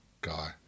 guy